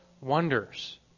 wonders